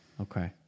Okay